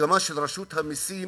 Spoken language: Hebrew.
מגמה של רשות המסים